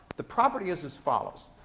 the property is as follows.